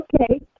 Okay